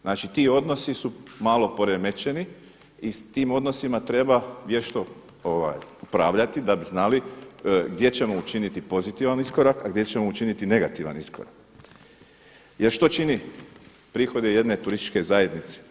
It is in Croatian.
Znači, ti odnosi su malo poremećeni i s tim odnosima treba vješto upravljati da bi znali gdje ćemo učiniti pozitivan iskorak, a gdje ćemo učiniti negativan iskorak jer što čini prihode jedne turističke zajednice?